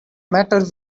matter